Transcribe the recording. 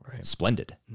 Splendid